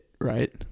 Right